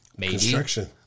construction